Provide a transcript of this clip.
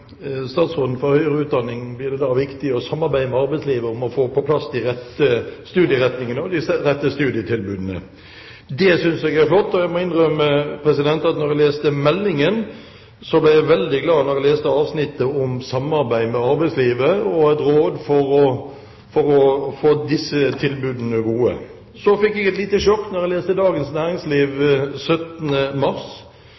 statsråden for høyere utdanning blir det da viktig å samarbeide med arbeidslivet om å få på plass de rette studieretningene og de rette studietilbudene. Det synes jeg er flott. Jeg må innrømme at da jeg leste meldingen, ble jeg veldig glad da jeg leste avsnittet om samarbeid med arbeidslivet og et råd for å få disse tilbudene gode. Så jeg fikk jeg et lite sjokk da jeg leste Dagens Næringsliv